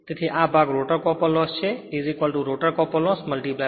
તેથી આ ભાગ રોટર કોપર લોસ છે રોટર કોપર લોસ 1 SS છે